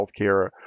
healthcare